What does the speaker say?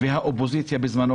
והאופוזיציה בזמנו,